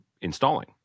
installing